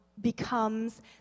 becomes